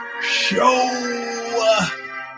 show